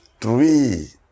three